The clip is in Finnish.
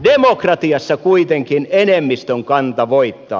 demokratiassa kuitenkin enemmistön kanta voittaa